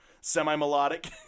semi-melodic